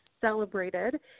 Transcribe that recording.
celebrated